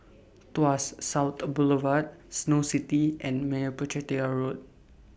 Tuas South Boulevard Snow City and Meyappa Chettiar Road